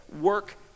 work